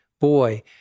boy